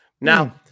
Now